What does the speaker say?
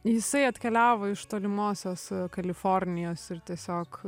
jisai atkeliavo iš tolimosios kalifornijos ir tiesiog